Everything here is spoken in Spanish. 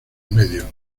medio